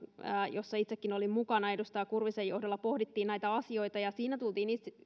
jossa itsekin olin mukana edustaja kurvisen johdolla pohdittiin näitä asioita ja tultiin